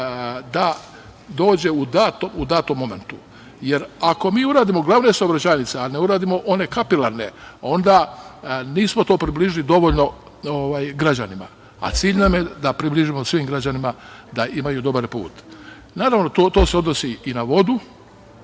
da dođe u datom momentu, jer ako mi uradimo glavne saobraćajnice, a ne uradimo one kapilarne, onda nismo to približili dovoljno građanima, a cilj nam je da približimo svim građanima da imaju dobar put. Naravno, to se odnosi i na vodu,